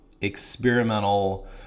experimental